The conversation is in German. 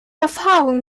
erfahrungen